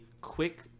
quick